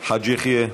חאג' יחיא,